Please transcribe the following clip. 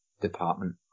Department